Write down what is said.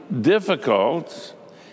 difficult